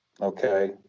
Okay